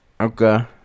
Okay